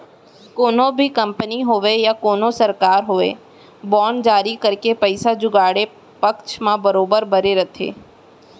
कोनो भी कंपनी होवय या कोनो सरकार होवय बांड जारी करके पइसा जुगाड़े पक्छ म बरोबर बरे थे